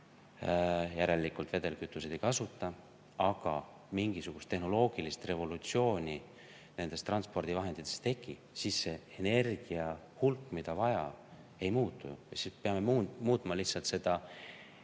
järelikult vedelkütuseid ei kasutata, aga mingisugust tehnoloogilist revolutsiooni nendes transpordivahendites ei teki, siis see energia hulk, mida on vaja, ei muutu ju. Sel juhul me peame muutma lihtsalt seda